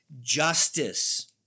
justice